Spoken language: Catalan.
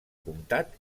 comtat